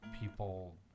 people